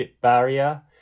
barrier